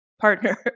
partner